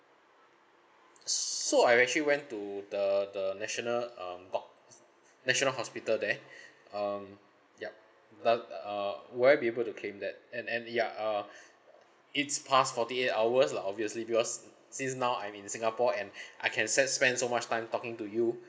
so I've actually went to the the national um doc~ national hospital there um yup but uh will I be able to claim that and and ya uh it's past forty eight hours lah obviously because since now I'm in singapore and I can send spend so much time talking to you